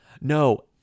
No